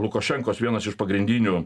lukašenkos vienas iš pagrindinių